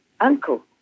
uncle